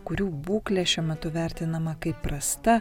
kurių būklė šiuo metu vertinama kaip prasta